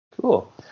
Cool